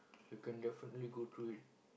you can definitely go through it